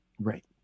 Right